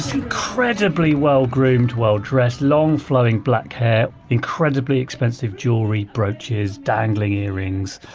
incredibly well-groomed, well-dressed, long flowing black hair, incredibly expensive jewelry, brooches, dangling earrings.